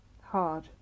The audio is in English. Hard